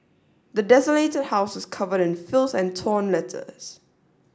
the desolated house is covered in filth and torn letters